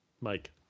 Mike